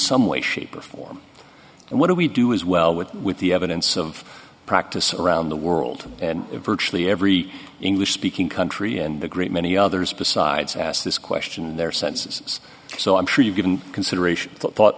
some way shape or form and what do we do as well what with the evidence of practice around the world and virtually every english speaking country and a great many others besides ask this question in their census so i'm sure you've given consideration thought